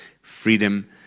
freedom